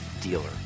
dealer